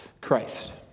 Christ